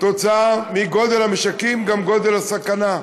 כתוצאה מגודל המשקים, גם גודל הסכנה,